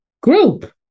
group